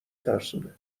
ترسونه